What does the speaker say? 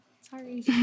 Sorry